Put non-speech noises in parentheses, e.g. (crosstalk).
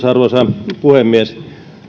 (unintelligible) arvoisa puhemies